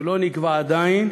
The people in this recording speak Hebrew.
שלא נקבע עדיין,